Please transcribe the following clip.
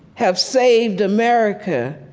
have saved america